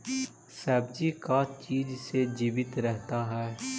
सब्जी का चीज से जीवित रहता है?